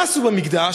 מה עשו במקדש?